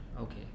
Okay